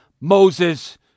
Moses